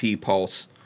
pulse